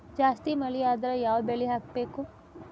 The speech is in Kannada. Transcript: ಜಾಸ್ತಿ ಮಳಿ ಆದ್ರ ಯಾವ ಬೆಳಿ ಹಾಕಬೇಕು?